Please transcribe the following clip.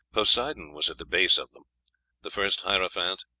poseidon was at the base of them the first hierophant,